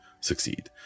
Succeed